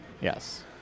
Yes